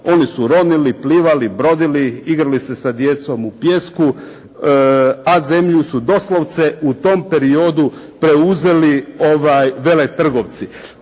Oni su ronili, plivali, brodili, igrali se sa djecom u pijesku a zemlju su doslovce u tom periodu preuzeli veletrgovci.